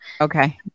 Okay